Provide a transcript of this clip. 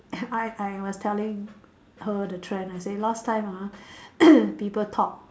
I I was telling her the trend I say last time ah people talk